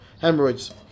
hemorrhoids